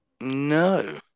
no